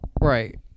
right